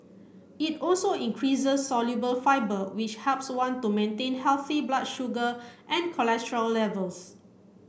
it also increases soluble fibre which helps one to maintain healthy blood sugar and cholesterol levels